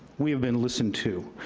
we have been listened to.